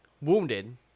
wounded